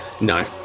No